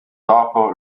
dopo